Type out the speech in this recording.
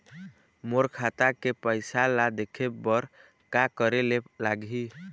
मोर खाता के पैसा ला देखे बर का करे ले लागही?